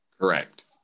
Correct